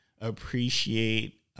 appreciate –